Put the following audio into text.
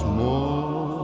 more